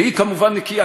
והיא כמובן נקייה,